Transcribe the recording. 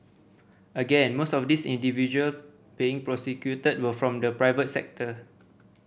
again most of these individuals being prosecuted were from the private sector